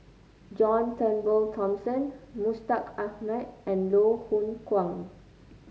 John Turnbull Thomson Mustaq Ahmad and Loh Hoong Kwan